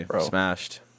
Smashed